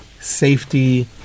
safety